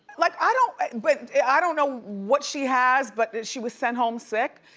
like i don't but i don't know what she has but she was sent home sick,